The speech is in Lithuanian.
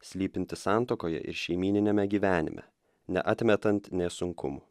slypintį santuokoje ir šeimyniniame gyvenime neatmetant nė sunkumų